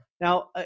Now